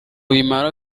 bimara